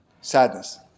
Sadness